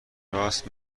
راست